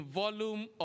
volume